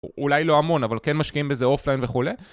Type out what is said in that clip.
אולי לא המון, אבל כן משקיעים בזה אוף-ליין וכולי.